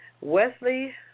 Wesley